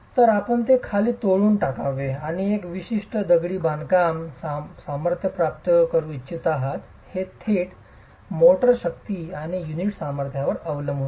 तर आपण ते खाली तोडून टाकावे आपण एक विशिष्ट दगडी बांधकाम सामर्थ्य प्राप्त करू इच्छित आहात हे थेट मोर्टार शक्ती आणि युनिट सामर्थ्यावर अवलंबून असते